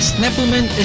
Snappleman